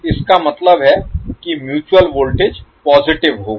इसका मतलब है कि म्यूचुअल वोल्टेज पॉजिटिव होगा